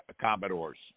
Commodores